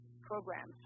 programs